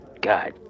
God